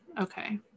Okay